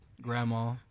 grandma